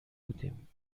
بودیم